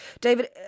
David